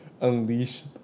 unleash